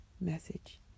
message